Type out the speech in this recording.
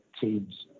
teams